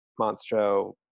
monstro